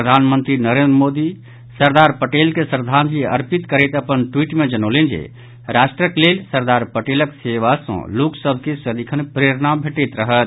प्रधानमंत्री नरेन्द्र मोदी सरदार पटेल के श्रद्वांजलि अर्पित करैत अपन ट्वीट मे जनौलनि जे राष्ट्रक लेल सरदार पटेलक सेवा सॅ लोकसभ के सदिखन प्रेरणा भेटैत रहत